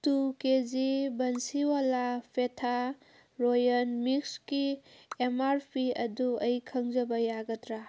two K G ꯕꯅꯁꯤꯋꯥꯂꯥ Petha royal ꯃꯤꯛꯁꯀꯤ M R P ꯑꯗꯨ ꯑꯩ ꯈꯪꯖꯕ ꯌꯥꯒꯗ꯭ꯔꯥ